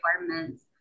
requirements